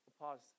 Pause